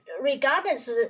regardless